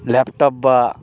laptop বা